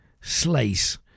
slice